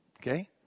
Okay